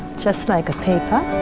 just like paper.